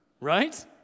Right